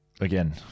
again